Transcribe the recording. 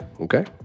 Okay